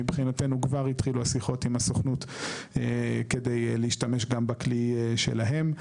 מבחינתנו כבר התחילו השיחות עם הסוכנות כדי להשתמש גם בכלי שלהם.